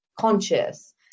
conscious